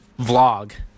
vlog